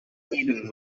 eaten